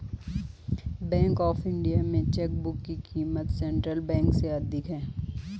bank of India में chequebook की क़ीमत सेंट्रल बैंक से अधिक है